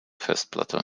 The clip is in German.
festplatte